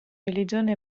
religione